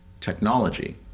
technology